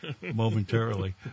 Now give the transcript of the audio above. momentarily